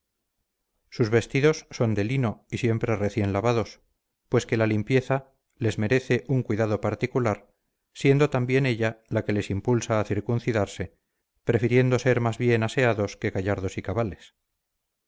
sus vestidos son de lino y siempre recién lavados pues que la limpieza les merece un cuidado particular siendo también ella la que les impulsa a circuncidarse prefiriendo ser más bien aseados que gallardos y cabales